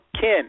Ken